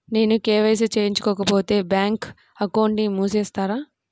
నేను కే.వై.సి చేయించుకోకపోతే బ్యాంక్ అకౌంట్ను మూసివేస్తారా?